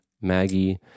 Maggie